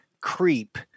creep